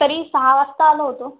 तरी सहा वाजता आलो होतो